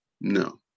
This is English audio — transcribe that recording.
No